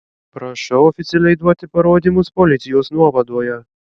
prašau oficialiai duoti parodymus policijos nuovadoje